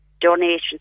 donations